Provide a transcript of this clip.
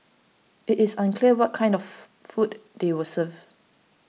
it is unclear what kind of food they were served